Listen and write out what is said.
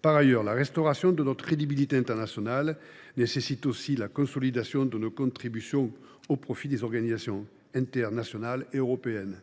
Par ailleurs, la restauration de notre crédibilité internationale nécessite aussi la consolidation de nos contributions au profit des organisations internationales et européennes.